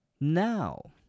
now